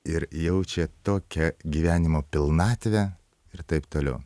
ir jaučia tokią gyvenimo pilnatvę ir taip toliau